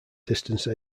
distance